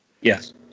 yes